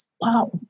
Wow